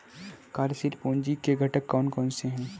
कार्यशील पूंजी के घटक कौन कौन से हैं?